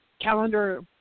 calendar